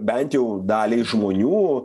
bent jau daliai žmonių